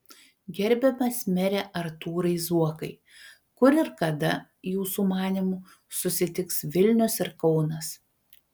gerbiamas mere artūrai zuokai kur ir kada jūsų manymu susitiks vilnius ir kaunas